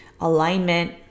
alignment